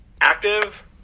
active